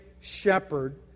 shepherd